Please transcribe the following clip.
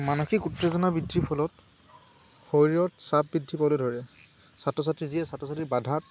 মানসিক উত্তেজনা বৃদ্ধিৰ ফলত শৰীৰত চাপ বৃদ্ধি পাবলৈ ধৰে ছাত্ৰ ছাত্ৰী যিয়ে ছাত্ৰ ছাত্ৰী বাধাত